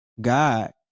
God